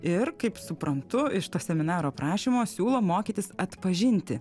ir kaip suprantu iš to seminaro prašymo siūlo mokytis atpažinti